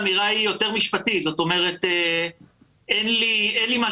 האמירה היא יותר משפטית ואין לי יותר מה